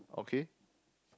okay